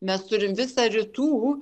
mes turim visą rytų